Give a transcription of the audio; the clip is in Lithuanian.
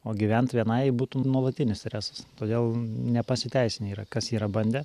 o gyvent vienai būtų nuolatinis stresas todėl nepasiteisinę yra kas yra bandę